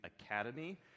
Academy